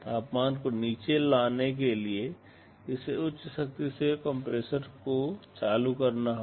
तापमान को नीचे लाने के लिए इसे उच्च शक्ति से कंप्रेसर को चालू करना होगा